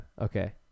okay